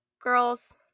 girls